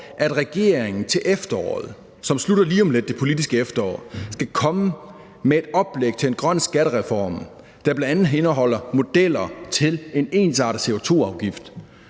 at regeringen til efteråret – og det politiske efterår slutter lige om lidt – skal komme med et oplæg til en grøn skattereform, der bl.a. indeholder modeller til en ensartet CO2-afgift,